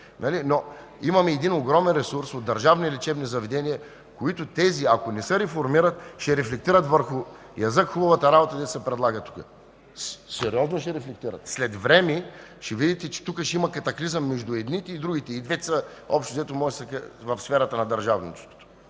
но имаме огромен ресурс от държавни лечебни заведения, които ако не се разформират, ще рефлектират върху, язък, хубавата работа, която се предлага тук. Сериозно ще рефлектират! След време ще видите, че тук ще има катаклизъм между едните и другите, и двете са в сферата на държавното.